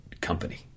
company